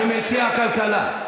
אני מציע כלכלה.